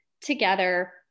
together